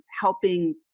helping